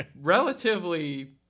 relatively